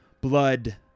Blood